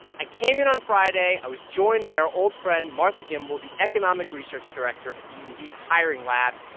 i came in on friday. i was joined by our old friend martha gimbel, the economic research director at the indeed hiring lab.